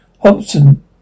Hobson